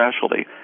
specialty